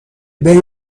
بین